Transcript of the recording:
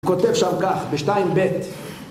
הוא כותב שם כך, בשתיים ב'